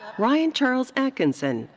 ryan charles atkinson,